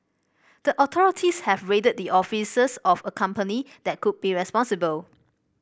the authorities have raided the offices of a company that could be responsible